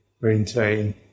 maintain